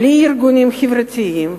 בלי הארגונים החברתיים,